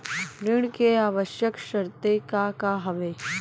ऋण के आवश्यक शर्तें का का हवे?